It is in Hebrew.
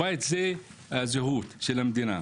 הבית זה הזהות של המדינה,